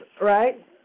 right